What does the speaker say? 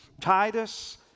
Titus